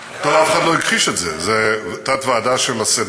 טוב, אף אחד לא הכחיש את זה, זה תת-ועדה של הסנאט,